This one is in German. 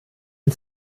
ihn